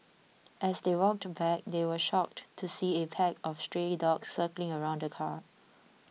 as they walked back they were shocked to see a pack of stray dogs circling around the car